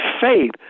faith